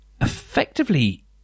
effectively